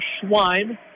Schwein